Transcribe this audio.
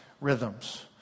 rhythms